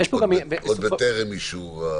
עוד בטרם האישור.